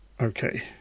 Okay